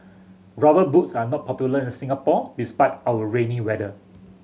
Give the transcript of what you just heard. Rubber Boots are not popular in Singapore despite our rainy weather